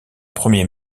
premier